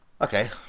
Okay